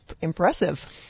impressive